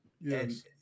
yes